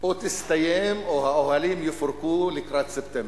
או תסתיים, או האוהלים יפורקו לקראת ספטמבר.